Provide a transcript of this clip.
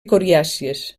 coriàcies